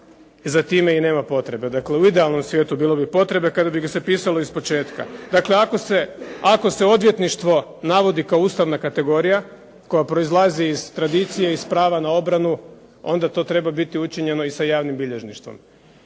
za time nema potrebe. U idealnom svijetu bilo bi potrebe kada bi ga se pisalo ispočetka. Dakle, ako se odvjetništvo navodi kao Ustavna kategorija koja proizlazi iz tradicije i iz prava na obranu onda to treba učinjeno i sa javnim bilježništvo.